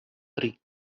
tri